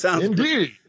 Indeed